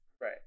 Right